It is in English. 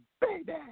baby